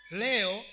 leo